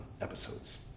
episodes